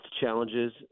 challenges